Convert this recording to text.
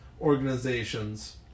organizations